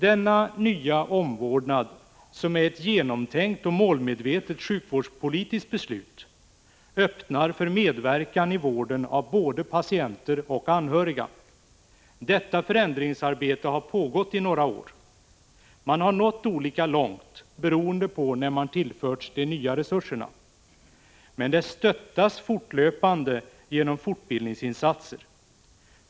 Denna nya omvårdnad, som är ett genomtänkt och målmedvetet sjukvårdspolitiskt beslut, öppnar för medverkan i vården av både patienter och anhöriga. Detta förändringsarbete har pågått i några år. Man har nått olika långt, beroende på när man tillförts de nya resurserna, men det stöttas fortlöpande genom fortbildningsinsatser.